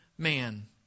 man